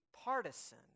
partisan